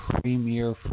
premier